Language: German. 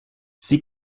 sie